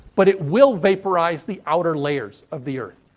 but it will vaporise the outer layers of the earth.